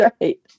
right